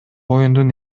оюндун